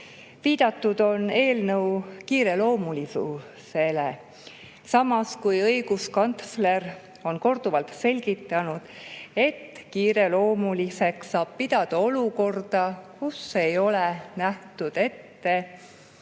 Viidatud on eelnõu kiireloomulisusele. Samas on õiguskantsler korduvalt selgitanud, et kiireloomuliseks saab pidada olukorda, kus ei ole nähtud ette